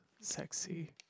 sexy